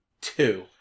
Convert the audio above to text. two